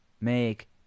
make